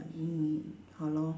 mm !hannor!